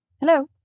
Hello